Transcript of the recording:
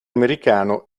americano